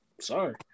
Sorry